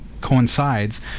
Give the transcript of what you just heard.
coincides